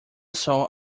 saw